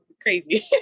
crazy